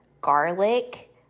garlic